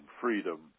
freedom